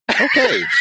Okay